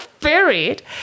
buried